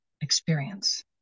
experience